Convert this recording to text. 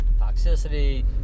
toxicity